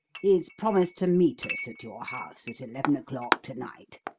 he's promised to meet us at your house at eleven o'clock to-night.